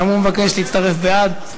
גם הוא מבקש להצטרף בעד.